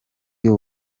y’u